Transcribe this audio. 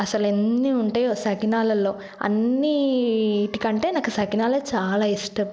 అసలు ఎన్ని ఉంటాయో సకినాలలో అన్నింటికంటే నాకు సకినాలు చాలా ఇష్టం